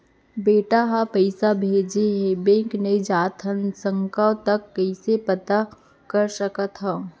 बेटा ह पइसा भेजे हे बैंक नई जाथे सकंव त कइसे पता कर सकथव?